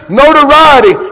notoriety